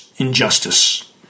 Injustice